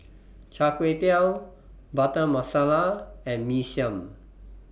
Char Kway Teow Butter Masala and Mee Siam